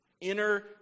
inner